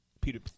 Peter